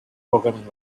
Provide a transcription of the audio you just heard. programming